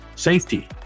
safety